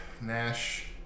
Nash